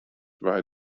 war